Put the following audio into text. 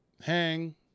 hang